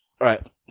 right